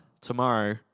tomorrow